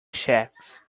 checks